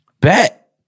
bet